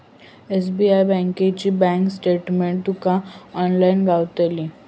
SBI बँकेची bank statement तुका online गावतली